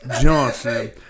Johnson